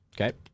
Okay